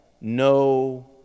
no